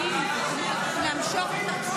התשובה על השאלות מהצד.